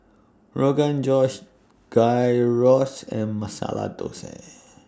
Rogan Josh Gyros and Masala Dosa